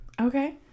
Okay